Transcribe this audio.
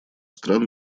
стран